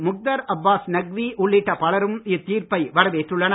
முக்தார் அப்பாஸ் நக்வி உள்ளிட்ட பலரும் இத்தீர்ப்பை வரவேற்றுள்ளனர்